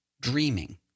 dreaming